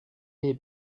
les